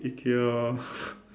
IKEA